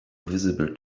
visible